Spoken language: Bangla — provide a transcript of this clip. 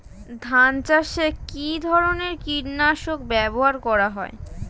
ধান চাষে কী ধরনের কীট নাশক ব্যাবহার করা হয়?